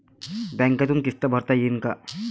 बँकेतून किस्त भरता येईन का?